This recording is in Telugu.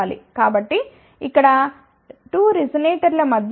కాబట్టి ఇక్కడ 2 రెసొనేటర్ల మధ్య గ్యాప్ 0